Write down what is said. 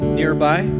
nearby